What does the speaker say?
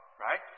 right